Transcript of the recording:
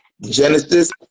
Genesis